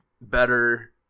better